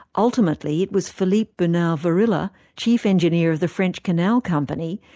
ultimately it was philippe bunau-varilla, chief engineer of the french canal company,